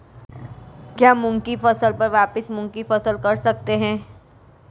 क्या मूंग की फसल पर वापिस मूंग की फसल कर सकते हैं?